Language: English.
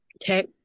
tech